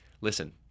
Listen